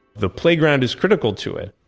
the playground is critical to it